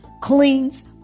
cleans